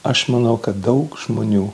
aš manau kad daug žmonių